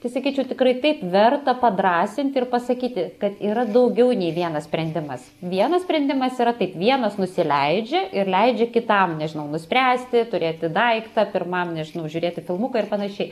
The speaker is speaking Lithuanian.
tai sakyčiau tikrai taip verta padrąsinti ir pasakyti kad yra daugiau nei vienas sprendimas vienas sprendimas yra taip vienas nusileidžia ir leidžia kitam nežinau nuspręsti turėti daiktą pirmam nežinau žiūrėti filmuką ir panašiai